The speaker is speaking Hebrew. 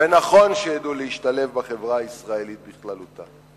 ונכון שידעו, להשתלב בחברה הישראלית בכללותה.